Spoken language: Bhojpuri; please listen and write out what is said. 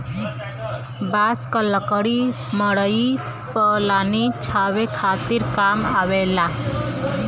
बांस क लकड़ी मड़ई पलानी छावे खातिर काम आवेला